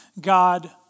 God